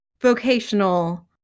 vocational